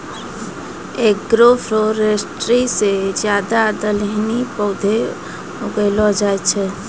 agroforestry से ज्यादा दलहनी पौधे उगैलो जाय छै